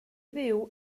fyw